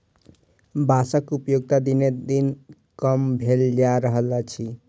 बाँसक उपयोगिता दिनोदिन कम भेल जा रहल अछि